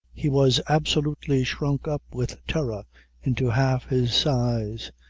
he was absolutely shrunk up with terror into half his size,